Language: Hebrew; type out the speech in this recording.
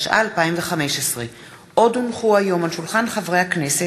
התשע"ה 2015. עוד הונחו היום על שולחן הכנסת